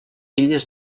illes